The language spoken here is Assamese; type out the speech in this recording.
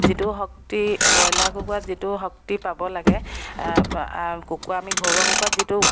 যিটো শক্তি ব্ৰইলাৰ কুকুৰা যিটো শক্তি পাব লাগে কুকুৰা আমি ঘৰুৱা কুকুৰাত যিটো